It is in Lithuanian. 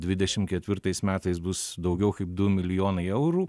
dvidešim ketvirtais metais bus daugiau kaip du milijonai eurų